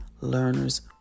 learners